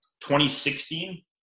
2016